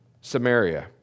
Samaria